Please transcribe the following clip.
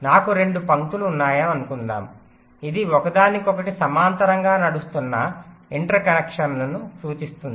నాకు 2 పంక్తులు ఉన్నాయని అనుకుందాము ఇది ఒకదానికొకటి సమాంతరంగా నడుస్తున్న ఇంటర్ కనెక్షన్లను సూచిస్తుంది